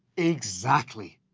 exactly.